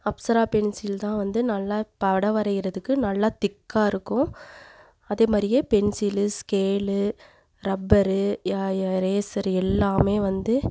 Apsara pencil தான் வந்து நல்லா படம் வரைகிறதுக்கு நல்லா திக்காகருக்கும் அதே மாதிரியே பென்சிலு ஸ்கேலு ரப்பரு எரேசரு எல்லாமே வந்து